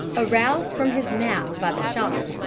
aroused from his nap by the shot,